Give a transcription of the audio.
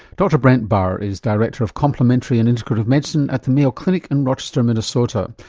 dr brent bauer who's director of complementary and integrative medicine at the mayo clinic in rochester, minnesota.